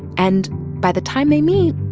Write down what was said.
and by the time they meet,